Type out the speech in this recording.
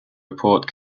report